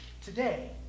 today